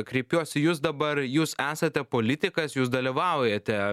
kreipiuosi į jus dabar jūs esate politikas jūs dalyvaujate